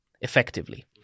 effectively